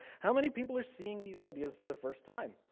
how many people are seeing these ideas for the first time?